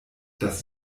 dass